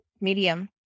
medium